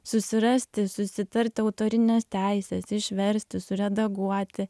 susirasti susitarti autorines teises išversti suredaguoti